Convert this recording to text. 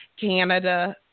Canada